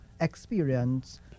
experience